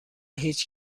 هیچ